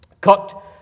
cut